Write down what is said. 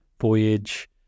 voyage